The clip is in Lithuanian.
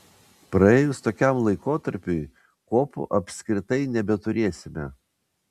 praėjus tokiam laikotarpiui kopų apskritai nebeturėsime